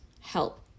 help